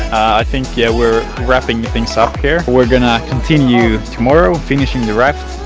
i think yeah we are wrapping things up here we are going to continue tomorrow finishing the raft.